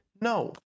No